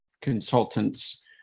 consultants